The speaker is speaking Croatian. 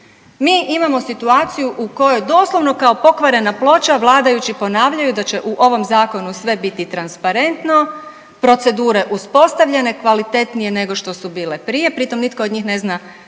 mi imamo situaciju u kojoj doslovno kao pokvarena ploča vladajući ponavljaju da će u ovom Zakonu sve biti transparentno, procedure uspostavljene, kvalitetnije nego što su bile prije, pritom nitko od njih ne zna